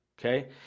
okay